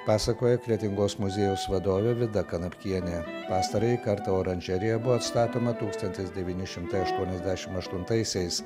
pasakoja kretingos muziejaus vadovė vida kanapkienė pastarąjį kartą oranžerija buvo statoma tūkstantis devyni šimtai aštuoniasdešim aštuntaisiais